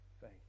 faith